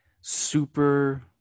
super